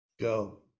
Go